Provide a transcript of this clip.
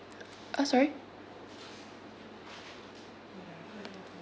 uh sorry